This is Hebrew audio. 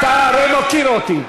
אתה הרי מכיר אותי,